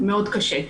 מאוד קשה.